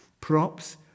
props